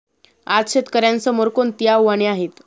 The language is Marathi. आज शेतकऱ्यांसमोर कोणती आव्हाने आहेत?